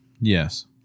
Yes